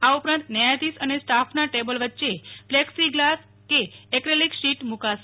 આ ઉપરાંત ન્યાયાધીશ અને સ્ટાફના ટેબલ વચ્ચે પ્લેક્સી ગ્લાસ કે એક્રેલીક શીટ મૂકાશે